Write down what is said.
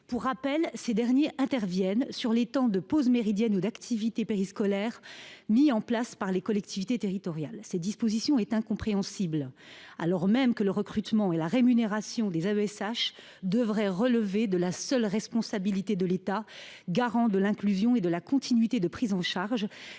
lorsque ces derniers interviennent sur les temps de pause méridienne ou à l’occasion des activités périscolaires mises en place par les collectivités territoriales. Cela est incompréhensible : le recrutement et la rémunération des AESH devraient relever de la seule responsabilité de l’État, garant de l’inclusion et de la continuité de la prise en charge